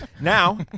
Now